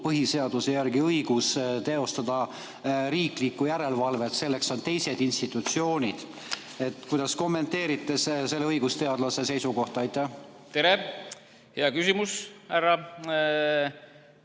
põhiseaduse järgi õigus teostada riiklikku järelevalvet. Selleks on teised institutsioonid. Kuidas kommenteerite selle õigusteadlase seisukohta? Aitäh, lugupeetud istungi